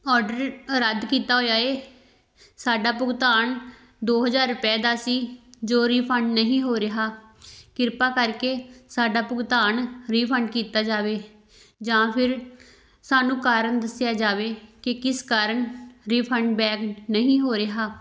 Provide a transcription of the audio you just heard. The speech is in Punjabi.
ਔਡਰ ਰੱਦ ਕੀਤਾ ਹੋਇਆ ਹੈ ਸਾਡਾ ਭੁਗਤਾਨ ਦੋ ਹਜ਼ਾਰ ਰੁਪਏ ਦਾ ਸੀ ਜੋ ਰਿਫੰਡ ਨਹੀਂ ਹੋ ਰਿਹਾ ਕਿਰਪਾ ਕਰਕੇ ਸਾਡਾ ਭੁਗਤਾਨ ਰੀਫੰਡ ਕੀਤਾ ਜਾਵੇ ਜਾਂ ਫਿਰ ਸਾਨੂੰ ਕਾਰਨ ਦੱਸਿਆ ਜਾਵੇ ਕਿ ਕਿਸ ਕਾਰਨ ਰਿਫੰਡ ਬੈਕ ਨਹੀਂ ਹੋ ਰਿਹਾ